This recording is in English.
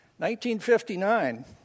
1959